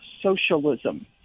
socialism